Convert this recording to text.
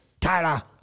Tyler